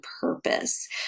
purpose